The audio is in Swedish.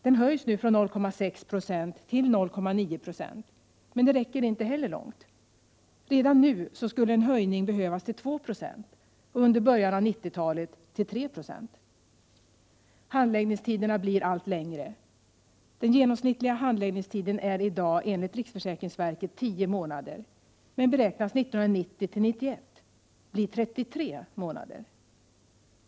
Denna höjs nu från 0,6 96 till 0,9 96, men det räcker inte heller långt. Redan nu skulle en höjning behövas till 2 26 och under början av 1990-talet till 3 96. Handläggningstiderna blir allt längre. Den genomsnittliga handläggningstiden är i dag enligt riksförsäkringsverket 10 månader men beräknas 1990/91 bli 33 månader.